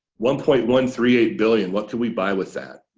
one point one three eight billion what could we buy with that?